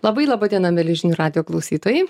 labai laba diena mieli žinių radijo klausytojai